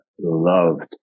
loved